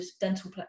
dental